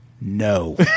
No